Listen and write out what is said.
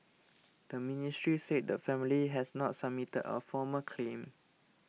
the ministry said the family has not submitted a formal claim